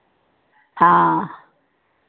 हाँ